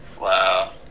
Wow